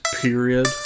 period